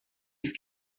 است